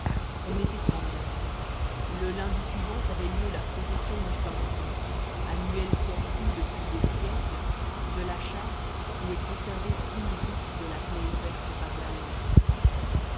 on était en mai le lundi suivant avait lieu la procession du saint sang annuelle sortie depuis des siècles de la châsse où est conservée une goutte de la plaie ouverte par la lance